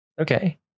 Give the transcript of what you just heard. Okay